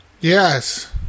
Yes